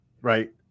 right